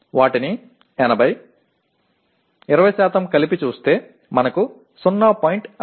వాటిని 80 20 కలిపి చూస్తే మనకు 0